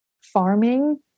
farming